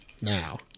now